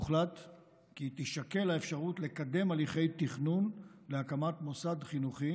הוחלט כי תישקל האפשרות לקדם הליכי תכנון להקמת מוסד חינוכי